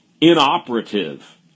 inoperative